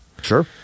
Sure